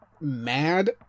mad